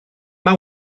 mae